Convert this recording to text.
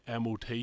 MOT